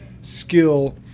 skill